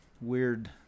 weird